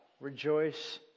Rejoice